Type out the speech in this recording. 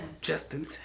Justin